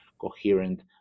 coherent